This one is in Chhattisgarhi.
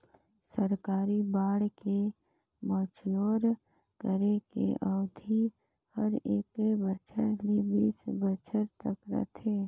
सरकारी बांड के मैच्योर करे के अबधि हर एक बछर ले तीस बछर तक रथे